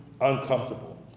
uncomfortable